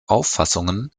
auffassungen